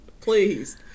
Please